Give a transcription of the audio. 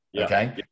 Okay